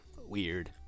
weird